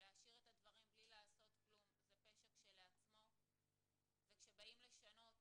להשאיר את הדברים בלי לעשות כלום זה פשע כשלעצמו וכשבאים לשנות